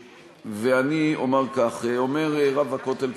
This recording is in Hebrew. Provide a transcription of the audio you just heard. ואני אומַר כך, אומר רב הכותל כדלקמן: